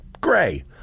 gray